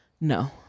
No